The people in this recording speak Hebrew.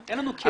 ואין לנו כלים.